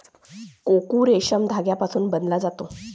cocoon रेशीम धाग्यापासून बनवला जातो